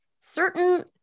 certain